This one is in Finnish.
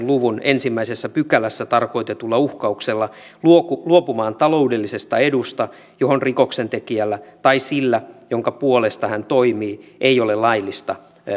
luvun ensimmäisessä pykälässä tarkoitetulla uhkauksella luopumaan luopumaan taloudellisesta edusta johon rikoksentekijällä tai sillä jonka puolesta hän toimii ei ole laillista